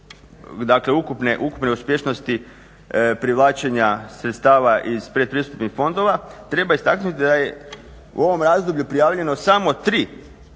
dakle ukupne uspješnosti privlačenja sredstava iz pretpristupnih fondova, treba istaknuti da je u ovom razdoblju prijavljeno samo tri